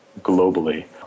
globally